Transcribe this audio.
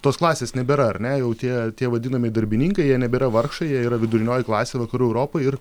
tos klasės nebėra ar ne jau tie tie vadinami darbininkai jie nebėra vargšai jie yra vidurinioji klasė vakarų europoj ir